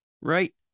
right